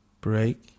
break